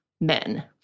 men